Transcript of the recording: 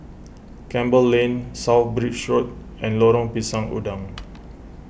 Campbell Lane South Bridge Road and Lorong Pisang Udang